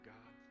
God